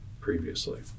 previously